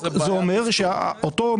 זה אומר שאותו,